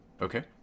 Okay